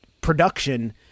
production